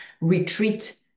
retreat